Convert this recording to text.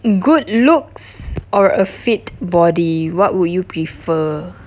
good looks or a fit body what would you prefer